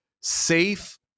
safe